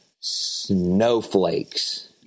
snowflakes